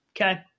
Okay